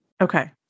Okay